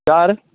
चार